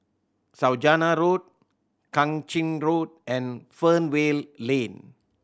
Saujana Road Kang Ching Road and Fernvale Lane